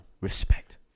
Respect